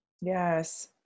Yes